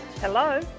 Hello